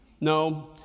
no